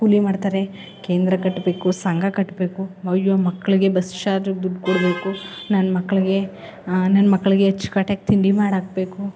ಕೂಲಿ ಮಾಡ್ತಾರೆ ಕೇಂದ್ರ ಕಟ್ಟಬೇಕು ಸಂಘ ಕಟ್ಟಬೇಕು ಅಯ್ಯೋ ಮಕ್ಳಿಗೆ ಬಸ್ ಚಾರ್ಜಗೆ ದುಡ್ಡು ಕೊಡಬೇಕು ನನ್ನ ಮಕ್ಳಿಗೆ ನನ್ನ ಮಕ್ಳಿಗೆ ಅಚ್ಚು ಕಟ್ಟಾಗಿ ತಿಂಡಿ ಮಾಡಾಕಬೇಕು